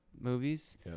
movies